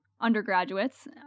undergraduates